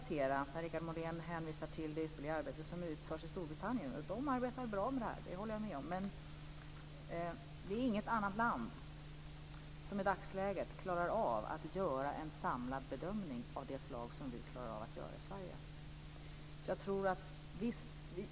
Per-Richard Molén hänvisar till det ypperliga arbete som utförs i Storbritannien. De arbetar bra med det här, det håller jag med om. Men det är inget annat land som i dagsläget klarar av att göra en samlad bedömning av det slag som vi klarar av att göra i Sverige.